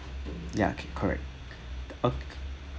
ya correct